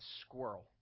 squirrel